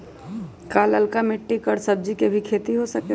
का लालका मिट्टी कर सब्जी के भी खेती हो सकेला?